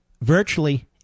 virtually